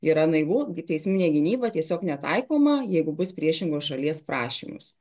yra naivu gi teisminė gynyba tiesiog netaikoma jeigu bus priešingos šalies prašymas